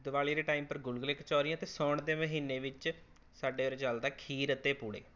ਦਿਵਾਲੀ ਦੇ ਟਾਈਮ ਪਰ ਗੁਲਗੁਲੇ ਕਚੌਰੀਆਂ ਅਤੇ ਸਾਉਣ ਦੇ ਮਹੀਨੇ ਵਿੱਚ ਸਾਡੇ ਉਰੇ ਚੱਲਦਾ ਖੀਰ ਅਤੇ ਪੂੜੇ